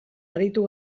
aritu